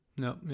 No